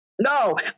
No